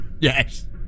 Yes